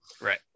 Right